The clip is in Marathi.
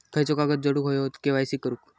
खयचो कागद जोडुक होयो के.वाय.सी करूक?